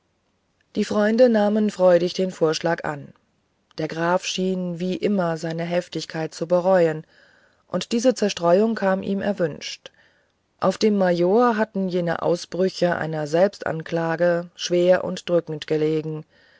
die freunde nahmen freudig den vorschlag an der graf schien wie immer seine heftigkeit zu bereuen und diese zerstreuung kam ihm erwünscht auf dem major hatten jene ausbrüche einer selbstanklage schwer und drückend gelegen